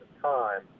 time